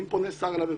אם פונה שר אליי בבקשה,